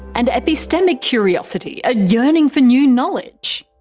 and epistemic curiosity, a yearning for new knowledge.